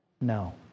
No